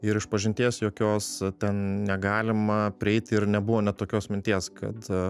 ir išpažinties jokios ten negalima prieiti ir nebuvo net tokios minties kad